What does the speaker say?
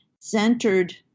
centered